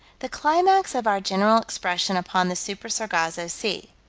the climax of our general expression upon the super-sargasso sea.